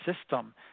system